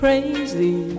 Crazy